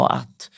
att